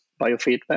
biofeedback